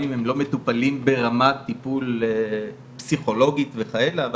מטופלים ברמת טיפול פסיכולוגית וכאלה,